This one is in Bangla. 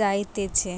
যাইতেছে